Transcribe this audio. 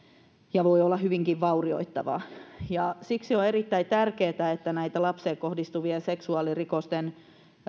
ja se voi olla hyvinkin vaurioittavaa siksi on erittäin tärkeää että näitä lapseen kohdistuvien seksuaalirikosten